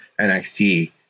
NXT